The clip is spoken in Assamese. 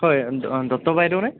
হয় অঁ দত্ত বাইদেউ নে